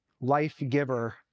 Life-Giver